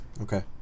Okay